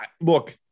Look